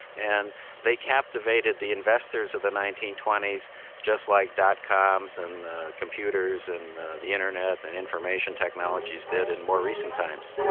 and they captivated the investors of the nineteen twenty s just like dot coms and computers and the internet, the and information technologies did in more recent times.